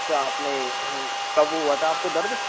अच्छा अपने कब हुआ था आपको दर्द